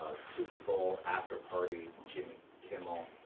ah super bowl after-party, jimmy kimmel,